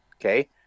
Okay